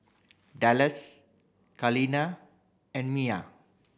Dallas Kaleena and Mia